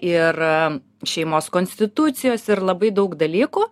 ir šeimos konstitucijos ir labai daug dalykų